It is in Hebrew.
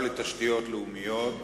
לתשתיות לאומיות